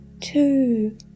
two